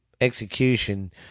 execution